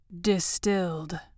Distilled